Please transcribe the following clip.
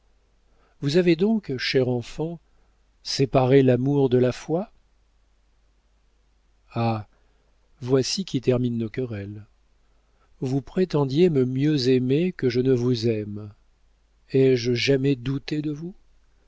vous avez donc chère enfant séparé l'amour de la foi ah voici qui termine nos querelles vous prétendiez me mieux aimer que je ne vous aime ai-je jamais douté de vous